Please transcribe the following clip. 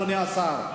אדוני השר.